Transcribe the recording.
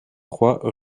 trois